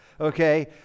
Okay